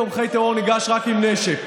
אני לתומכי טרור ניגש רק עם נשק,